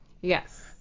Yes